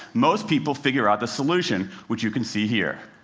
most people figure out the solution, which you can see here.